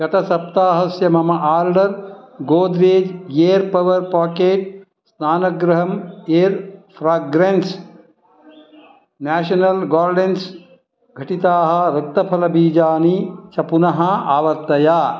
गतसप्ताहस्य मम order Godrej aer power pocket स्नानगृहम् एर् फ़्राग्रेन्स् नाशनल् गार्डेन्स् घटितानि रक्तफलबीजानि च पुनः आवर्तय